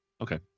Okay